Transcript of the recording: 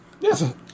Yes